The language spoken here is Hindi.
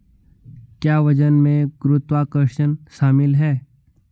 क्या वजन में गुरुत्वाकर्षण शामिल है?